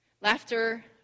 Laughter